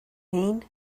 mean